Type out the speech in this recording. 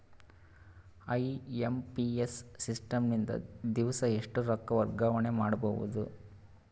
IMPS system ನಿಂದ ದಿವಸಾ ಎಷ್ಟ ರೊಕ್ಕ ವರ್ಗಾವಣೆ ಮಾಡಬಹುದು?